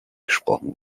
gesprochen